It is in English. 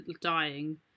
dying